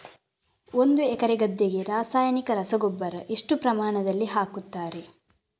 ಒಂದು ಎಕರೆ ಗದ್ದೆಗೆ ರಾಸಾಯನಿಕ ರಸಗೊಬ್ಬರ ಎಷ್ಟು ಪ್ರಮಾಣದಲ್ಲಿ ಹಾಕುತ್ತಾರೆ?